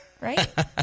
right